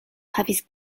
havis